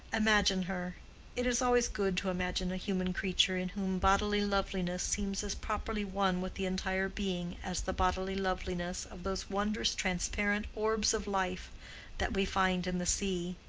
imagine her it is always good to imagine a human creature in whom bodily loveliness seems as properly one with the entire being as the bodily loveliness of those wondrous transparent orbs of life that we find in the sea